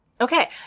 Okay